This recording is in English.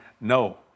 No